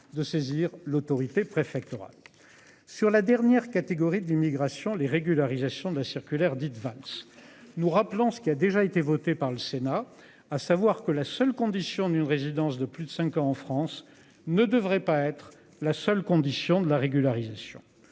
de saisir l'autorité préfectorale. Sur la dernière catégorie de l'immigration, les régularisations de la circulaire dite Valls. Nous rappelant ce qui a déjà été voté par le Sénat, à savoir que la seule condition d'une résidence de plus de 5 ans en France ne devrait pas être la seule condition de la régularisation